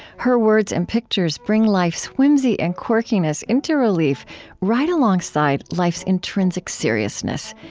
her words and pictures bring life's whimsy and quirkiness into relief right alongside life's intrinsic seriousness,